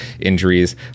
injuries